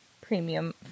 Premium